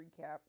recap